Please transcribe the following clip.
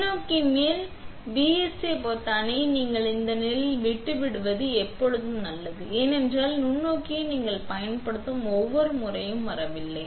நுண்ணோக்கி மேல் மற்றும் பிஎஸ்ஏ பொத்தானை இந்த நிலையில் விட்டு விடுவது எப்போதும் நல்லது ஏனென்றால் நுண்ணோக்கி நீங்கள் பயன்படுத்தும் ஒவ்வொரு முறையும் வரவில்லை